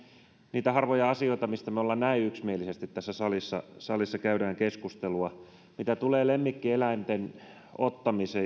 niitä harvoja asioita mistä me näin yksimielisesti tässä salissa salissa käymme keskustelua mitä tulee lemmikkieläinten ottamiseen